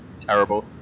terrible